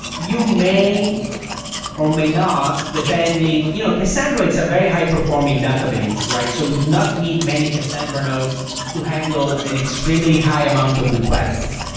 you may or may not depending you know cassandra, it's a very high-performing database. so we do not need many cassandra nodes to handle an extremely high amount of requests.